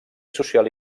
social